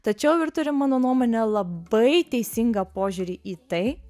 tačiau ir turi mano nuomone labai teisingą požiūrį į tai